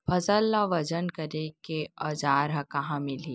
फसल ला वजन करे के औज़ार हा कहाँ मिलही?